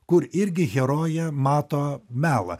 kur irgi herojė mato melą